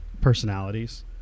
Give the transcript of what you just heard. personalities